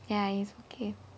ya it's okay